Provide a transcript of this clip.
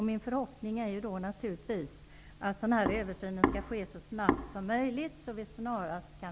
Min förhoppning är naturligtvis att den här översynen skall ske så snabbt som möjligt, så att vi snarast kan .....